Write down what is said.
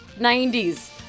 90s